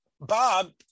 Bob